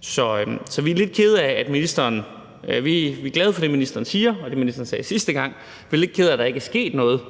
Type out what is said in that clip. Så vi er glade for det, ministeren siger, og det, ministeren sagde sidste gang, men vi er lidt kede af, at der ikke er sket noget,